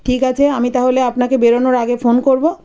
ঠিক আছে আমি তাহলে আপনাকে বেরনোর আগে ফোন করব